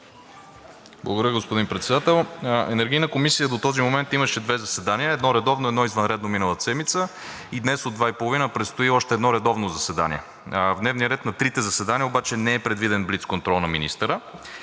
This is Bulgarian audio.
Благодаря, господин Председател. Енергийната комисия до този момент имаше две заседания – едно редовно и едно извънредно миналата седмица, и днес от 14,30 ч. предстои още едно редовно заседание. В дневния ред на трите заседания обаче не е предвиден блицконтрол на министъра,